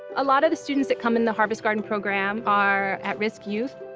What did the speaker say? a lot of the students that come in the harvest garden program are at-risk youth.